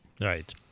Right